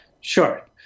Sure